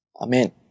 Amen